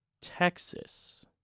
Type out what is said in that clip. Texas